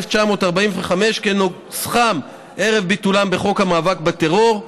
1945, כנוסחם ערב ביטולם בחוק המאבק בטרור,